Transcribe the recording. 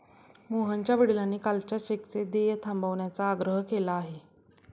मोहनच्या वडिलांनी कालच्या चेकचं देय थांबवण्याचा आग्रह केला आहे